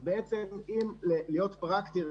אז אם להיות פרקטי,